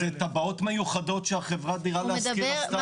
זה תבע"ות מיוחדות שהחברה דיור להשכיר עשתה.